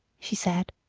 she said.